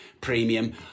premium